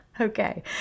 Okay